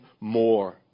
more